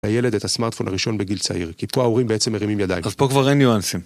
הילד את הסמארטפון הראשון בגיל צעיר, כי פה ההורים בעצם מרימים ידיים. אז פה כבר אין ניואנסים.